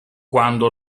quando